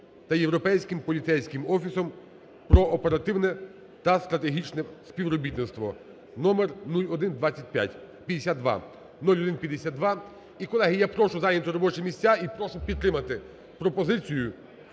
та Європейським поліцейським офісом про оперативне та стратегічне співробітництво, номер 0125… 52… 0152. І колеги, я прошу зайняти робочі місця і прошу підтримати пропозицію